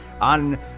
on